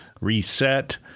reset